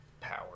power